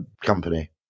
company